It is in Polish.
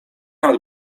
nad